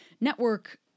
network